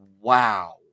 Wow